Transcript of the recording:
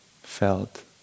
felt